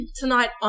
tonight